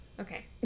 Okay